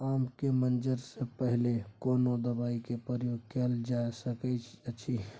आम के मंजर से पहिले कोनो दवाई के प्रयोग कैल जा सकय अछि?